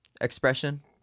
expression